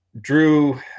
Drew